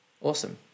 awesome